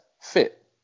fit